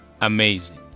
Amazing